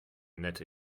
nette